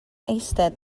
eistedd